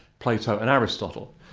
plato and aristotle.